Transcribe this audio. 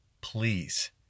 please